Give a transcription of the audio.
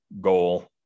goal